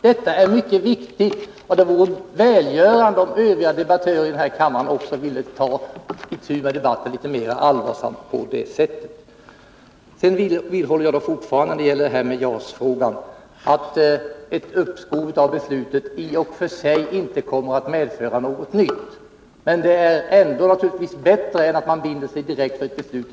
Det är mycket viktigt att man gör det, och det vore välgörande om övriga debattörer i denna kammare på detta sätt ville ta itu med debatten litet mer allvarsamt. När det gäller JAS-frågan vidhåller jag att ett uppskov med beslutet i och för sig inte kommer att medföra något nytt. Men det är naturligtvis bättre med ett uppskov än att man i dag direkt binder sig för ett beslut.